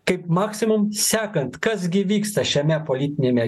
kaip maksimum sekant kas gi vyksta šiame politiniame